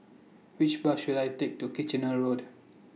Which Bus should I Take to Kitchener Road